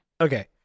Okay